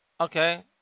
Okay